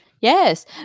Yes